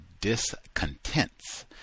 Discontents